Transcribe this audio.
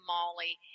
Molly